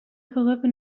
eleven